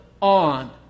on